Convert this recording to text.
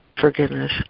forgiveness